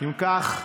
אם כך,